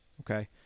okay